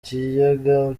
kiyaga